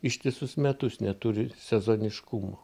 ištisus metus neturi sezoniškumo